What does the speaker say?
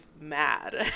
mad